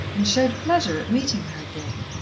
and showed pleasure at meeting her again.